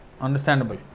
understandable